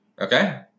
Okay